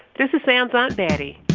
this is sam's aunt betty.